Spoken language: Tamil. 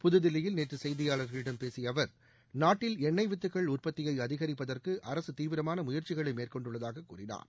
புதுதில்லியில் நேற்று செய்தியாளர்களிடம் பேசிய அவர் நாட்டில் எண்ணெய் வித்துக்கள் உற்பத்தியை அதிகரிப்பதற்கு அரசு தீவிரமான முயற்சிகளை மேற்கொண்டுள்ளதாக கூறினார்